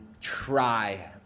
try